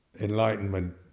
enlightenment